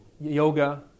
yoga